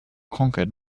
conquered